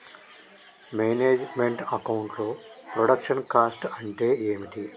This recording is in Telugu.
మేనేజ్ మెంట్ అకౌంట్ లో ప్రొడక్షన్ కాస్ట్ అంటే ఏమిటి?